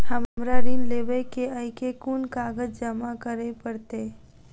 हमरा ऋण लेबै केँ अई केँ कुन कागज जमा करे पड़तै?